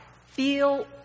Feel